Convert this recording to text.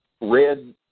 red